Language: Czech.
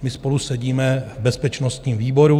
My spolu sedíme v bezpečnostním výboru.